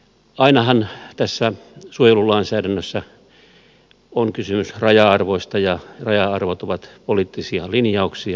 ainahan tässä suojelulainsäädännössä on kysymys raja arvoista ja raja arvot ovat poliittisia linjauksia